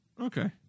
Okay